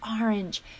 Orange